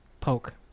poke